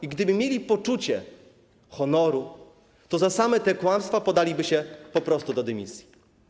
I gdyby mieli poczucie honoru, to za same te kłamstwa podaliby się po prostu do dymisji.